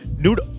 Dude